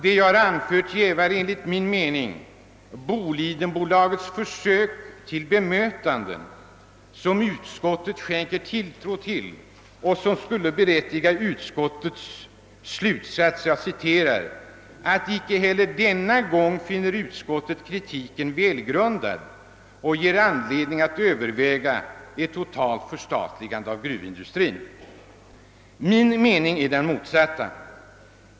Det jag har anfört jävar enligt min mening Bolidenbolagets försök till bemötanden, som utskottet sätter tilltro till och som skulle berättiga utskottets slutsats: »Icke heller denna gång finner utskottet att den framförda kritiken är välgrundad och ger anledning att överväga ett totalt förstatligande av gruvindustrin.» Min mening är den motsatta.